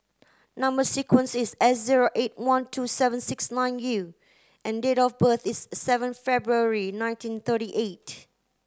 number sequence is S zero eight one two seven six nine U and date of birth is seven February nineteen thirty eight